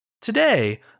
Today